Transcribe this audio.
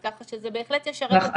אז כך שזה בהחלט ישרת את המערכת.